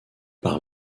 par